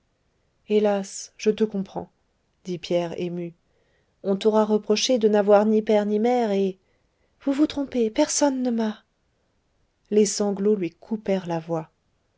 hélas je te comprends dit pierre ému on t'aura reproché de n'avoir ni père ni mère et vous vous trompez personne ne m'a les sanglots lui coupèrent la voix